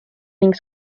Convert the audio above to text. ning